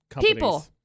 People